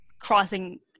crossing